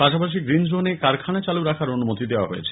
পাশাপাশি গ্রিন জোনে কারখানা চালু রাখার অনুমতি দেওয়া হয়েছে